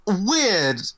weird